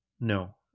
no